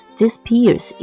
disappears